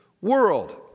world